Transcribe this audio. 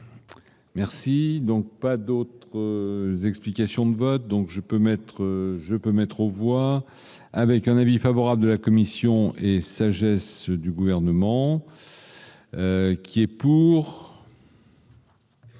Merci donc pas d'autres, les explications de vote, donc je peux mettre, je peux mettre aux voix avec un avis favorable de la commission et sagesse du gouvernement qui est pour.